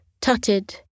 tutted